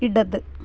ഇടത്